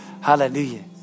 Hallelujah